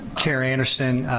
chair anderson,